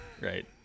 Right